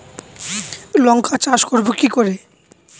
লঙ্কা চাষ করব কি করে?